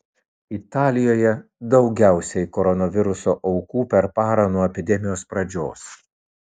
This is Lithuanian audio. italijoje daugiausiai koronaviruso aukų per parą nuo epidemijos pradžios